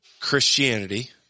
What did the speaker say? Christianity